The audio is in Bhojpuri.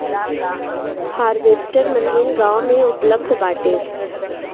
हार्वेस्टर मशीन गाँव में उपलब्ध बाटे